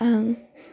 आं